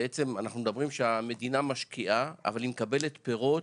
בעצם אנחנו מדברים שהמדינה משקיעה אבל היא מקבלת פירות